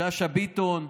שאשא ביטון,